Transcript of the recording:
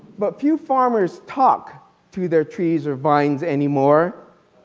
but few farmers talk to their trees or vines any more.